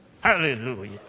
Hallelujah